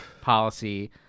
policy